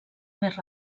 més